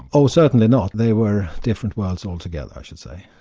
oh, certainly not. they were different worlds altogether, i should say.